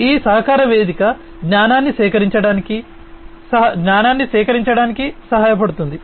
ఈ సహకార వేదిక జ్ఞానాన్ని సేకరించడానికి జ్ఞానాన్ని సేకరించడానికి సహాయపడుతుంది